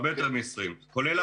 נכון.